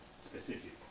specific